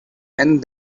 and